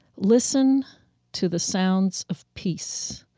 listen to the sounds of peace.